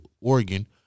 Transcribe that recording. Oregon